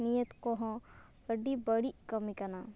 ᱱᱤᱭᱟ ᱠᱚᱦᱚᱸ ᱟᱹᱰᱤ ᱵᱟᱹᱲᱤᱡ ᱠᱟᱹᱢᱤ ᱠᱟᱱᱟ